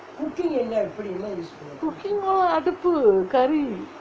cooking all அடுப்பு கரி:aduppu kari